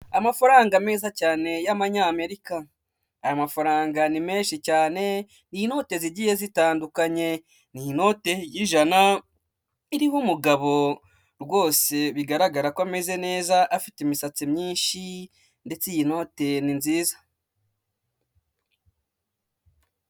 Amafaranga meza cyane, y'amanyamerika. Aya mafaranga ni menshi cyane, inote zigiye zitandukanye. Ni inote y'ijana, iriho umugabo rwose bigaragara ko ameze neza, afite imisatsi myinshi, ndetse iyi note ni nziza.